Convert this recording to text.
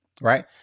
Right